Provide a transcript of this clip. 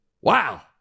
Wow